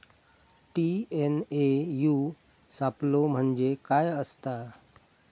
TNAU सापलो म्हणजे काय असतां?